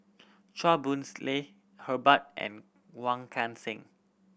Chua Boon Lay Herbert and Wong Kan Seng